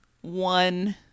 one